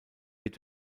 wird